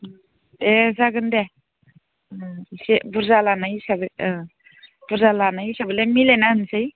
दे जागोन दे इसे बुरजा लानाय हिसाबै औ बुरजा लानाय हिसाबैलाय मिलायना होनोसै